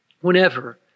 whenever